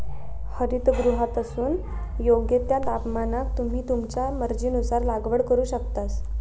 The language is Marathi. हरितगृहातसून योग्य त्या तापमानाक तुम्ही तुमच्या मर्जीनुसार लागवड करू शकतास